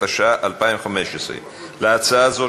התשע"ה 2015. להצעה זו,